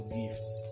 gifts